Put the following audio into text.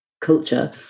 culture